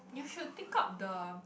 you should take out the